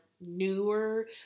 newer